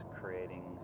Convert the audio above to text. creating